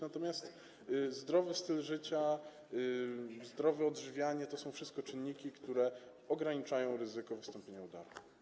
Natomiast zdrowy styl życia, zdrowe odżywianie to są czynniki, które ograniczają ryzyko wystąpienia udaru.